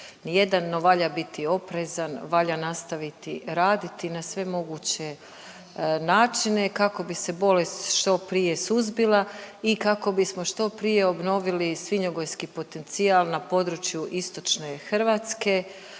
Jedino valja biti oprezan, valja nastaviti raditi na sve moguće načine, kako bi se bolest što prije suzbila i kako bismo što prije obnovili svinjogojski potencijal na području istočne Hrvatske.